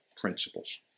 principles